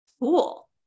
cool